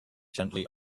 gently